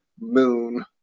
Moon